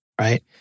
right